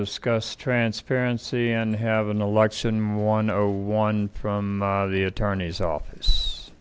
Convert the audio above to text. discuss transparency and have an election one o one from the attorney's office